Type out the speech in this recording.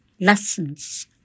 lessons